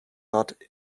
not